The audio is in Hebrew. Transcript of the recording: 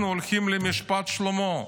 אנחנו הולכים למשפט שלמה,